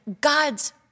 God's